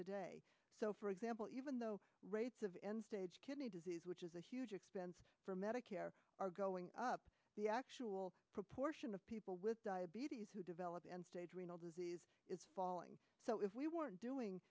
today so for example even though rates of end stage kidney disease which is a huge expense for medicare are going up the actual proportion of people with diabetes who develop end stage renal disease is falling so if we weren't doing